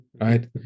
Right